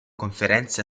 conferenze